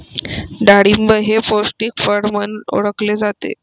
डाळिंब हे पौष्टिक फळ म्हणून ओळखले जाते